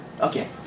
Okay